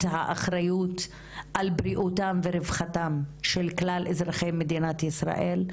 האחריות על בריאותם ורווחתם של כלל אזרחי מדינת ישראל,